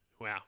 Wow